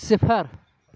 صِفر